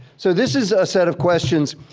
so this is a set of questions,